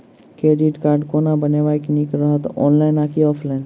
Credit card कोना बनेनाय नीक रहत? ऑनलाइन आ की ऑफलाइन?